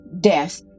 death